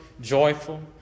joyful